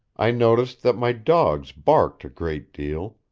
i noticed that my dogs barked a great deal,